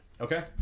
okay